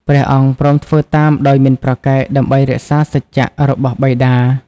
ព្រះអង្គព្រមធ្វើតាមដោយមិនប្រកែក ដើម្បីរក្សាសច្ចៈរបស់បិតា ។